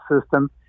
system